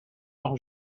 leurs